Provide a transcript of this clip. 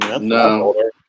No